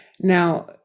now